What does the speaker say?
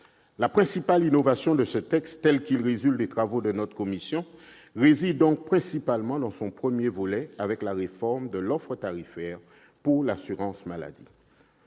La principale innovation du texte tel qu'il résulte des travaux de la commission réside donc dans son premier volet relatif à la réforme de l'offre tarifaire pour l'assurance maladie.